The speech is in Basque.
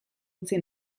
utzi